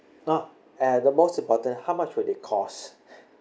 uh eh the most important how much would it cost